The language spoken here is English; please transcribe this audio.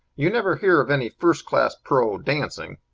you never hear of any first-class pro. dancing.